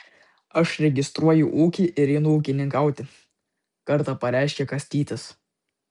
aš registruoju ūkį ir einu ūkininkauti kartą pareiškė kastytis